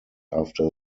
after